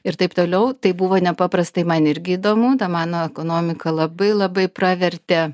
ir taip toliau tai buvo nepaprastai man irgi įdomu mano ekonomika labai labai pravertė